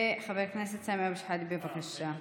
חבר הכנסת סמי אבו שחאדה, בבקשה.